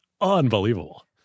Unbelievable